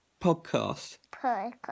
Podcast